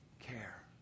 care